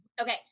Okay